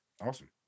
Awesome